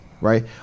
right